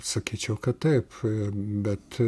sakyčiau kad taip bet